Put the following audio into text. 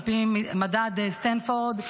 על פי מדד סטנפורד,